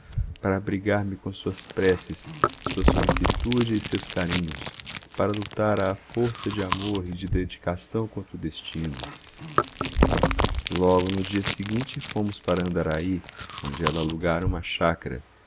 para abrigar me com suas preces sua solicitude e seus carinhos para lutar à força de amor e de dedicação contra o destino logo no dia seguinte fomos para andaraí onde ela alugara uma chácara